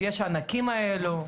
יש הענקים האלה,